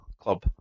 club